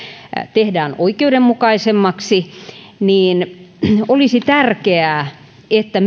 tehdään oikeudenmukaisemmaksi niin olisi tärkeää että